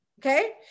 Okay